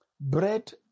bread